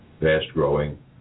fast-growing